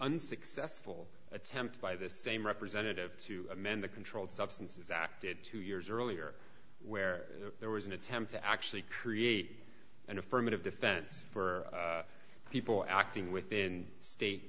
unsuccessful attempt by the same representative to amend the controlled substances act did two years earlier where there was an attempt to actually create an affirmative defense for people acting within state